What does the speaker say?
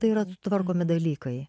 tai yra sutvarkomi dalykai